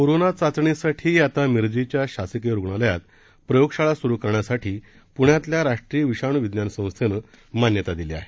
corona चाचणीसाठी आता मिरजेच्या शासकीय रुग्णालयात प्रयोगशाळा सुरू करण्यासाठी पुण्यातल्या राष्ट्रीय विषाणू विज्ञान संस्थेने मान्यता दिली आहे